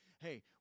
hey